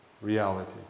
reality